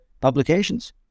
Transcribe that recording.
publications